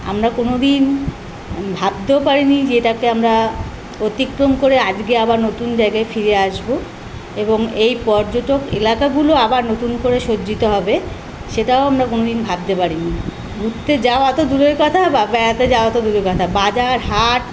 আমরা কোনোদিন ভাবতেও পারি নি যে এটাকে আমরা অতিক্রম করে আজকে আবার নতুন জায়গায় ফিরে আসবো এবং এই পর্যটক একালাগুলো আবার নতুন করে সজ্জিত হবে সেটাও আমরা কোনোদিন ভাবতে পারি নি ঘুত্তে যাওয়া তো দূরের কথা বা বেড়াতে যাওয়া তো দূরের কথা বাজার হাট